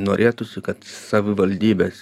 norėtųsi kad savivaldybės